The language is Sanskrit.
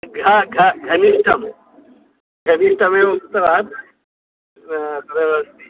घ घ घनिष्ठं घनिष्ठमेव उक्तवान् तदेव अस्ति